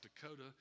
Dakota